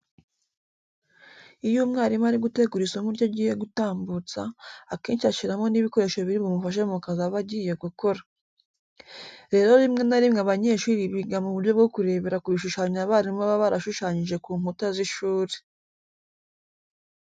Iyo umwarimu ari gutegura isomo rye agiye gutambutsa, akenshi ashyiramo n'ibikoresho biri bumufashe mu kazi aba agiye gukora. Rero rimwe na rimwe abanyeshuri biga mu buryo bwo kurebera ku bishushanyo abarimu baba barashushanyije ku nkuta z'ishuri.